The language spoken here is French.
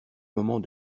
moment